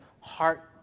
heart